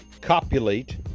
copulate